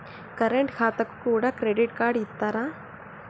Current ఖాతాకు కూడా credit card ఇత్తరా?